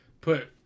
put